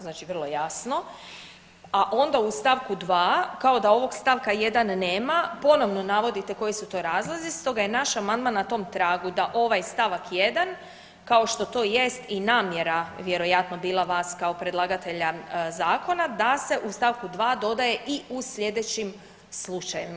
Znači vrlo jasno, a onda u stavku dva kao da ovog stavka 1. nema ponovno navodite koji su to razlozi, stoga je naš amandman na tom tragu da ovaj stavak 1. kao što to jest i namjera vjerojatno bila vas kao predlagatelja zakona da se u stavku dva dodaje i u sljedećim slučajevima.